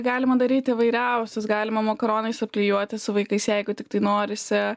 galima daryt įvairiausius galima makaronais apklijuoti su vaikais jeigu tiktai norisi